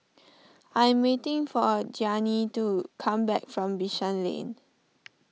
I am waiting for a Gianni to come back from Bishan Lane